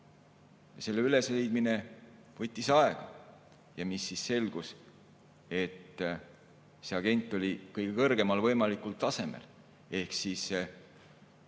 See ülesleidmine võttis aega, ja mis selgus: see agent oli kõige kõrgemal võimalikul tasemel ehk siis meie